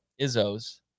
Izzos